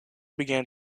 began